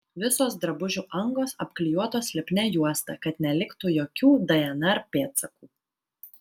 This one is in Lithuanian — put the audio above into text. visos drabužių angos apklijuotos lipnia juosta kad neliktų jokių dnr pėdsakų